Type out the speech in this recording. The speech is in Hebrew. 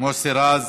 מוסי רז,